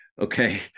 okay